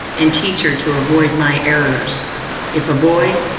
and teach her to avoid my errors if a boy,